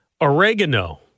Oregano